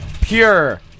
Pure